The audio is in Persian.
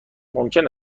ممکن